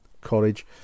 College